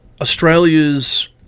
Australia's